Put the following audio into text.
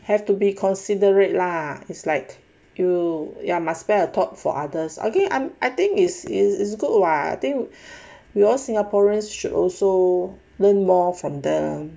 have to be considerate lah is like you ya must spare a thought for others okay I think is is is good lah I think we all singaporeans should also learn more from the